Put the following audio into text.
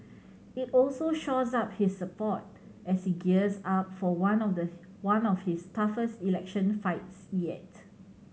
it also shores up his support as he gears up for one of the one of his toughest election fights yet